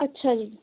ਅੱਛਾ ਜੀ